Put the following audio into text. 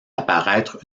apparaître